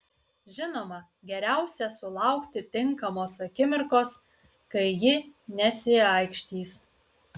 žinoma geriausia sulaukti tinkamos akimirkos kai ji nesiaikštys